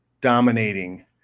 dominating